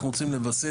אנחנו רוצים לבסס,